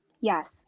Yes